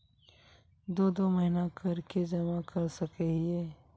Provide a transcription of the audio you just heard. दो दो महीना कर के जमा कर सके हिये?